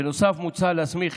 בנוסף, מוצע להסמיך